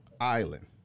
island